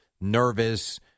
nervous